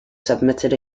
submitted